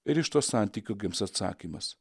ir iš to santykių gims atsakymas